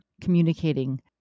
communicating